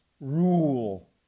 rule